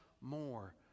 more